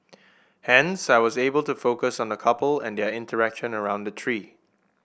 hence I was able to focus on the couple and their interaction around the tree